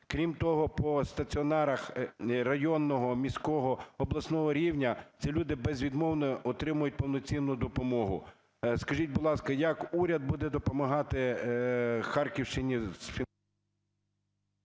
Крім того, по стаціонарах районного, міського, обласного рівня ці люди безвідмовно отримують повноцінну допомогу. Скажіть, будь ласка, як уряд буде допомагати Харківщині з…